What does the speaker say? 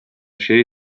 şey